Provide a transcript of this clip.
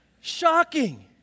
Shocking